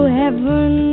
heaven